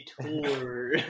Tour